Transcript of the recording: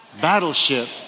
Battleship